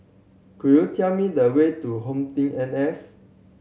could you tell me the way to HomeTeam N S